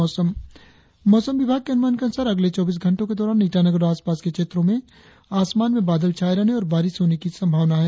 और अब मौसम मौसम विभाग के अनुमान के अनुसार अगले चौबीस घंटो के दौरान ईटानगर और आसपास के क्षेत्रो में आसमान में बादल छाये रहने और बारिश होने की संभावना है